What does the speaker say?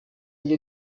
njye